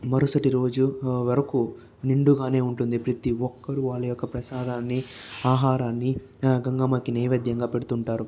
మరుసటి రోజు వరకు నిండుగానే ఉంటుంది ప్రతి ఒక్కరు వాళ్ళ యొక్క ప్రసాదాన్ని ఆహారాన్ని గంగమ్మకి నైవేద్యంగా పెడుతుంటారు